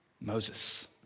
Moses